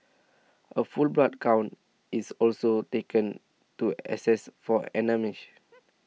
a full blood count is also taken to assess for anaemia